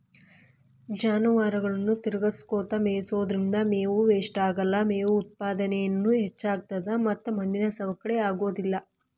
ಜಾನುವಾರುಗಳನ್ನ ತಿರಗಸ್ಕೊತ ಮೇಯಿಸೋದ್ರಿಂದ ಮೇವು ವೇಷ್ಟಾಗಲ್ಲ, ಮೇವು ಉತ್ಪಾದನೇನು ಹೆಚ್ಚಾಗ್ತತದ ಮತ್ತ ಮಣ್ಣಿನ ಸವಕಳಿ ಆಗೋದಿಲ್ಲ